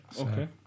okay